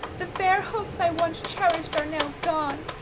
the fair hopes i once cherished are now gone,